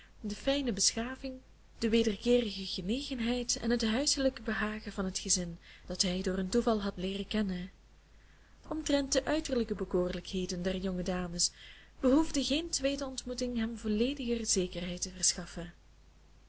de fijne beschaving de wederkeerige genegenheid en het huiselijk behagen van het gezin dat hij door een toeval had keren kennen omtrent de uiterlijke bekoorlijkheden der jonge dames behoefde geen tweede ontmoeting hem vollediger zekerheid te verschaffen